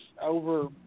over